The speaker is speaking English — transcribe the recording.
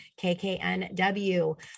KKNW